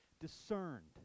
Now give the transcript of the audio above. discerned